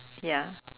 ya